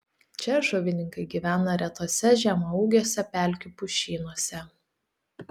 čia žuvininkai gyvena retuose žemaūgiuose pelkių pušynuose